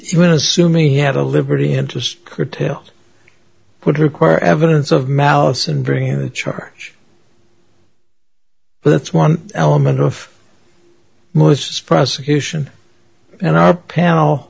even assuming he had a liberty interest curtailed would require evidence of malice and bring a charge but that's one element of malicious prosecution and our panel